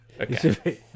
Okay